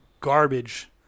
garbage